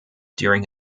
during